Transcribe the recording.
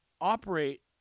operate